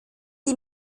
die